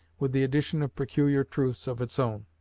with the addition of peculiar truths of its own.